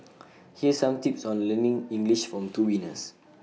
here some tips on learning English from two winners